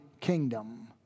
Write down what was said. kingdom